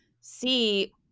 see